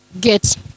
get